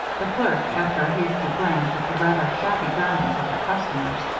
the clerk, after a hasty glance at the rather shabby garments of her customers,